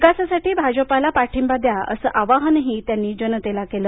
विकासासाठी भाजपाला पाठिंबा द्या असं आवाहनही त्यांनी जनतेला केलं